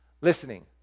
listening